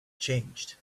changed